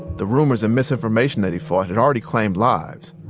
the rumors and misinformation that he fought had already claimed lives.